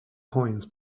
coins